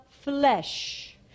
flesh